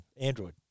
Android